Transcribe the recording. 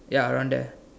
ya around there